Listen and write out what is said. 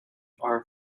are